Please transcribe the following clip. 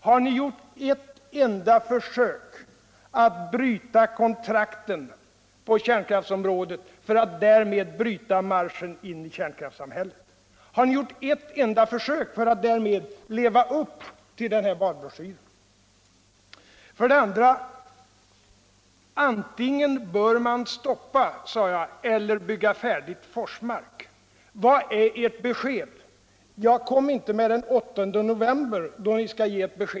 Har ni gjort ett enda försök att bryta kontrakten på kärnkraftsomrädet för att därmed bryta marsehen in i kärnkraftssamhället och leva upp till denna valbrosehyr? Antingen bör man stoppa eller bygga färdigt Forsmark. Vilket är ert besked? Svara inte att ni skall ge ett besked den 8 november.